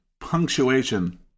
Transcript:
punctuation